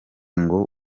ngo